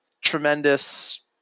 tremendous